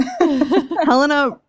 Helena